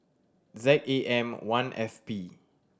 Z A M One F P